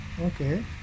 Okay